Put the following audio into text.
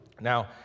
Now